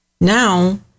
Now